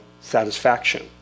satisfaction